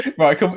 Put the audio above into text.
right